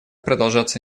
продолжаться